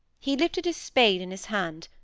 he lifted his spade in his hand,